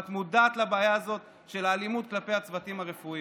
ואת מודעת לבעיה הזאת של האלימות כלפי הצוותים הרפואיים.